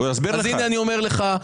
הנה אני אומר לך,